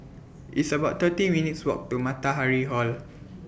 It's about thirty minutes' Walk to Matahari Hall